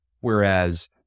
whereas